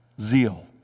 Zeal